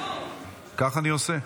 ככה אני עושה.